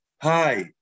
hi